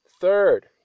Third